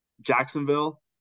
Jacksonville